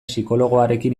psikologoarekin